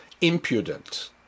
impudent